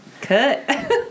Cut